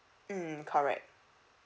mm correct